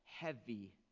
heavy